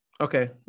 Okay